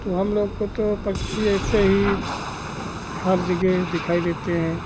कि हमलोग को तो पक्षी ऐसे ही हर जगह दिखाई देते हैं